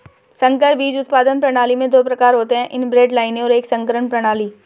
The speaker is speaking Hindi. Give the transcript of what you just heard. संकर बीज उत्पादन प्रणाली में दो प्रकार होते है इनब्रेड लाइनें और एक संकरण प्रणाली